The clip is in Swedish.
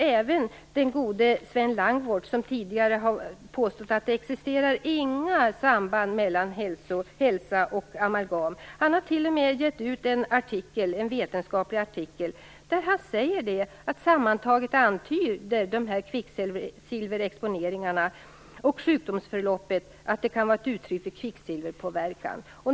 Även den gode Sven Langgård, som tidigare har påstått att det inte existerar några samband mellan hälsa och amalgam, har t.o.m. gett ut en vetenskaplig artikel där han säger att sammantaget antyder kvicksilverexponeringarna och sjukdomsförloppet att det kan vara ett uttryck för kvicksilverpåverkan.